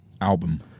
album